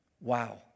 wow